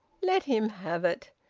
let him have it.